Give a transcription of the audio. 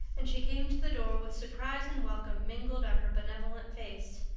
and she came to the door with surprise and welcome mingled on her benevolent face.